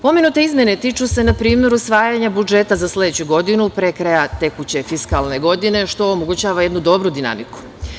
Pomenute izmene tiču se, na primer, usvajanja budžeta za sledeću godinu pre kraja tekuće fiskalne godine, što omogućava jednu dobru dinamiku.